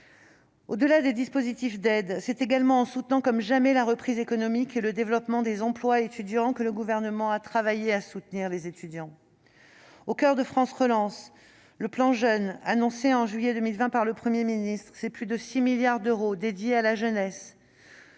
Au-delà des dispositifs d'aide, c'est également en soutenant comme jamais la reprise économique et le développement des emplois étudiants que le Gouvernement a travaillé à soutenir les étudiants. Au coeur de France Relance, le plan Jeunes annoncé en juillet 2020 par le Premier ministre représente plus de 6 milliards d'euros consacrés à la jeunesse.